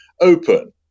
open